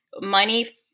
money